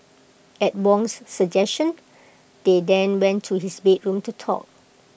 at Wong's suggestion they then went to his bedroom to talk